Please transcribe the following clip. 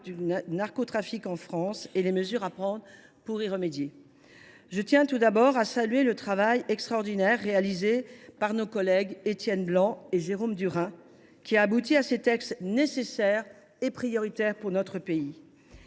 du narcotrafic en France et les mesures à prendre pour y remédier. Je tiens tout d’abord à saluer le travail remarquable réalisé par Étienne Blanc et Jérôme Durain ; ils ont abouti à deux textes nécessaires et prioritaires pour notre pays.